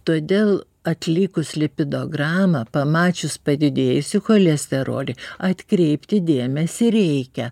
todėl atlikus lipidogramą pamačius padidėjusį cholesterolį atkreipti dėmesį reikia